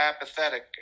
apathetic